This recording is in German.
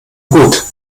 gut